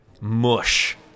mush